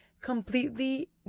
completely